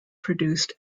produced